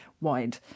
wide